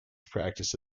practice